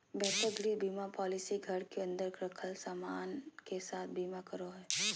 बेहतर गृह बीमा पॉलिसी घर के अंदर रखल सामान के साथ बीमा करो हय